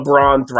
LeBron